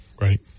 Right